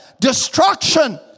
destruction